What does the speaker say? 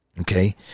okay